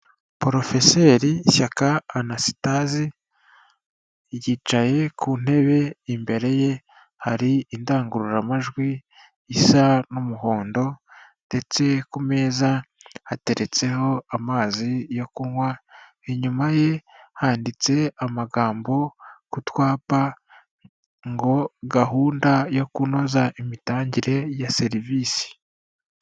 Porofeseri Shyaka Anastase yicaye ku ntebe imbere ye hari indangururamajwi isa n'umuhondo ndetse ku meza hateretseho amazi yo kunywa, inyuma ye handitse amagambo ku twapa ngo gahunda yo kunoza imitangire ya serivisi.